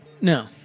No